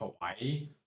Hawaii